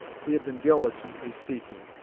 he had been diligently seeking.